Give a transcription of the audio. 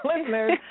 listeners